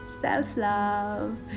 self-love